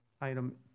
item